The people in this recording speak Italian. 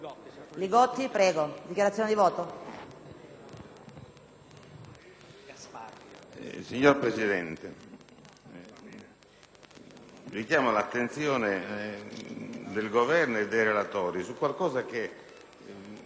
Signor Presidente, richiamo l'attenzione del Governo e dei relatori su qualcosa che non riesco a capire.